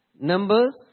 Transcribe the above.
Numbers